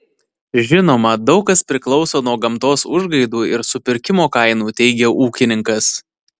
žinoma daug kas priklauso nuo gamtos užgaidų ir supirkimo kainų teigė ūkininkas